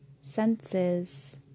senses